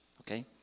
okay